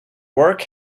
work